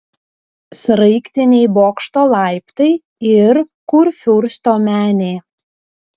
sraigtiniai bokšto laiptai ir kurfiursto menė